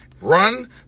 run